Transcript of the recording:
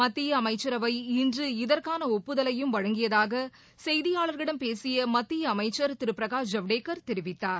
மத்தி அமைச்சரவை இன்று இதற்கான ஒப்புதலையும் வழங்கியதாக செய்தியாளர்களிடம் பேசிய மத்திய அமைச்சர் திரு பிரகாஷ் ஜவடேகர் தெரிவித்தார்